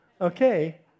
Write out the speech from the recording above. okay